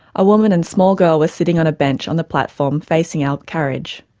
a woman and small girl were sitting on a bench on the platform facing our carriage.